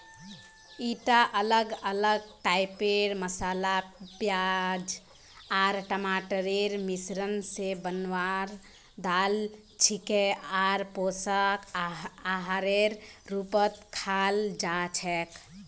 ईटा अलग अलग टाइपेर मसाला प्याज आर टमाटरेर मिश्रण स बनवार दाल छिके आर पोषक आहारेर रूपत खाल जा छेक